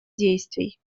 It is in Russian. действий